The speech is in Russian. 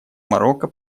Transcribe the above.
марокко